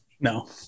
No